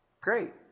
great